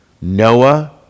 Noah